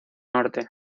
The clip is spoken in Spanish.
norte